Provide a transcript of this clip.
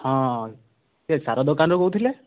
ହଁ କିଏ ସାର ଦୋକାନରୁ କହୁଥିଲେ